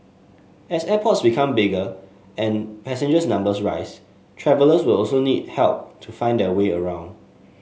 as airports become bigger and passenger numbers rise travellers will also need help to find their way around